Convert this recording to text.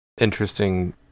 interesting